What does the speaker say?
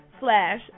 slash